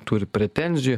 turi pretenzijų